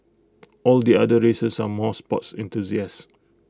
all the other races are more sports enthusiasts